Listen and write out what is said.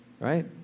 right